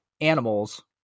animals